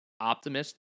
optimist